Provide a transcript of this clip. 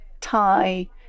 tie